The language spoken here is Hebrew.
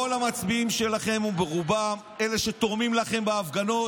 כל המצביעים שלכם, רובם, אלה